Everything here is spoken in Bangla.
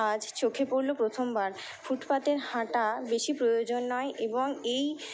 আজ চোখে পড়ল প্রথমবার ফুটপাাতের হাঁটা বেশি প্রয়োজন নয় এবং এই